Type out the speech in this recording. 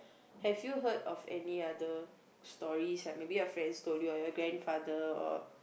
have you heard of any other stories maybe your friends told you or your grandfather or